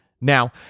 Now